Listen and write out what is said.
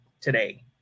today